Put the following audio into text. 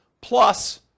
plus